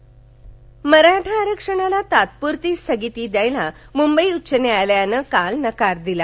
मराठा आरक्षण मराठा आरक्षणाला तात्पुरती स्थगिती द्यायला मुंबई उच्च न्यायालयानं काल नकार दिला